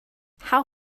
how